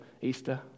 Easter